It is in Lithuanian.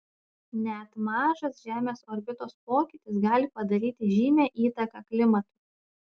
net mažas žemės orbitos pokytis gali padaryti žymią įtaką klimatui